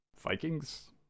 Vikings